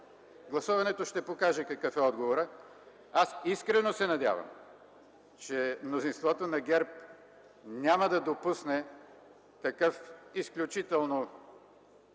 Гласуването ще покаже какъв е отговорът. Аз искрено се надявам, че мнозинството на ГЕРБ няма да допусне такъв изключително